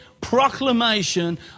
proclamation